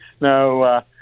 no